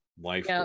Life